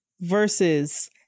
versus